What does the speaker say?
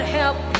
help